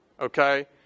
okay